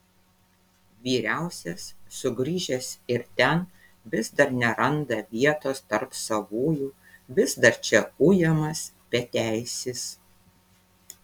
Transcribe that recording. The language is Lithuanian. vyriausias sugrįžęs ir ten vis dar neranda vietos tarp savųjų vis dar čia ujamas beteisis